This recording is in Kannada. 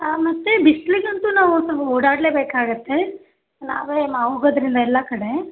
ಹಾಂ ಮತ್ತು ಬಿಸಿಲಿಗಂತೂ ನಾವು ಓಡಾಡಲೇಬೇಕಾಗುತ್ತೆ ನಾವೇ ಹೋಗೋದರಿಂದ ಎಲ್ಲ ಕಡೆ